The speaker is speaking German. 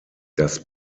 das